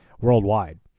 worldwide